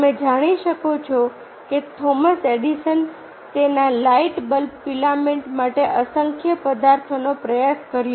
તમે જાણી શકો છો કે થોમસ એડિસને તેના લાઇટ બલ્બ ફિલામેન્ટ માટે અસંખ્ય પદાર્થોનો પ્રયાસ કર્યો